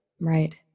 Right